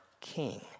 king